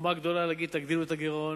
חוכמה גדולה להגיד: תגדילו את הגירעון.